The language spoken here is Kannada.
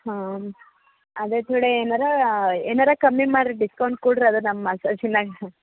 ಹಾಂ ಅದೇ ಥೋಡಾ ಏನಾರ ಏನಾರ ಕಮ್ಮಿ ಮಾಡಿರಿ ಡಿಸ್ಕೌಂಟ್ ಕೊಡಿರಿ ಅದು ನಮ್ಮ ಮಸಾಜಿನಾಗ